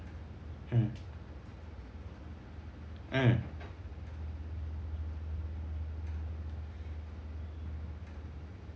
mm mm